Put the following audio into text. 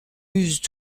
muses